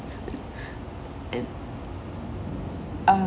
uh